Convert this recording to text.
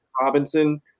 Robinson